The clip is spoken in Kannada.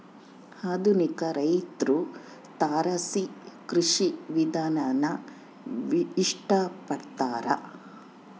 ಆಧುನಿಕ ರೈತ್ರು ತಾರಸಿ ಕೃಷಿ ವಿಧಾನಾನ ಇಷ್ಟ ಪಡ್ತಾರ